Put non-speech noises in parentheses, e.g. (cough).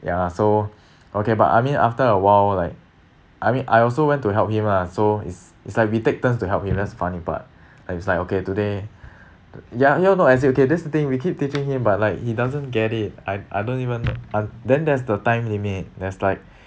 ya so (breath) okay but I mean after a while like I mean I also went to help him ah so it's it's like we take turns to help him that's the funny but (breath) like it's like okay today (breath) ya you all know exact okay that's the thing we keep teaching him but like he doesn't get it I I don't even know but then there's the time limit there's like (breath)